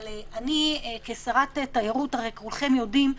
הרי כולכם יודעים,